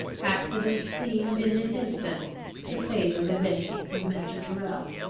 accident seemed in this instance to favour the vengeance of mr. tyrrel,